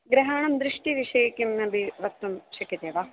ग्रहाणां दृष्टिविषये किमपि वक्तुं शक्यते वा